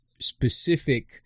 specific